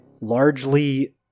largely